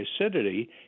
acidity